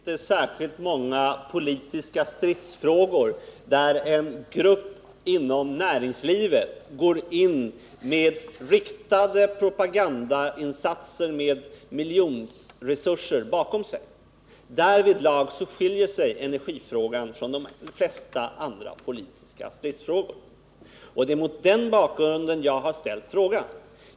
Herr talman! Det finns inte särskilt många politiska stridsfrågor där en grupp inom näringslivet går ut med riktade propagandainsatser med miljonresurser bakom sig. Därvidlag skiljer sig energifrågan från de flesta andra politiska stridsfrågor, och det är mot den bakgrunden som jag har ställt frågan.